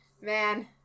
man